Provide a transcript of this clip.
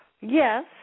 Yes